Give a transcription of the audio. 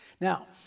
Now